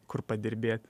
kur padirbėti